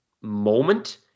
moment